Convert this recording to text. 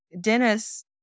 Dennis